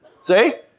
See